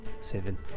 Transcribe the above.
Seven